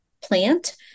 plant